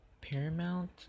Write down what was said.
Paramount